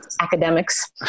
academics